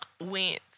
went